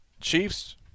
Chiefs